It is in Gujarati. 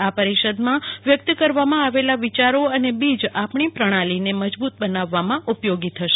આ પરિષદમાં વ્યકત કરવામાં આવેલા વિચારો અને બીજ આપણી પ્રણાલીને મજબ્રત બનાવામાં ઉપયોગી થશે